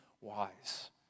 wise